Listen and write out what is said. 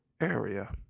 area